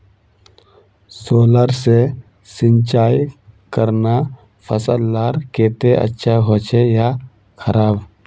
Solar से सिंचाई करना फसल लार केते अच्छा होचे या खराब?